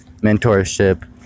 mentorship